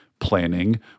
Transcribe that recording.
planning